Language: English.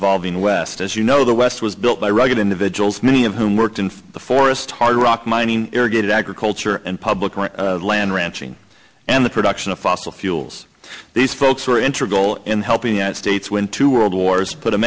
evolving west as you know the west was built by rugged individuals many of whom worked in the forest hard rock mining irrigated agriculture and public land ranching and the production of fossil fuels these folks are enter goal in helping it states win two world wars put a